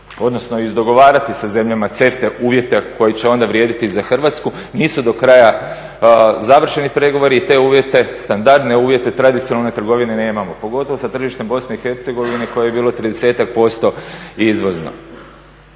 treba izdogovarati sa zemljama CEFTA-e uvjete koji će onda vrijediti i za Hrvatsku, nisu do kraja završeni pregovori i te uvjete, standardne uvjete tradicionalne trgovine nemamo pogotovo sa tržištem BiH koje je bilo 30-ak posto